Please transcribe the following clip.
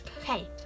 okay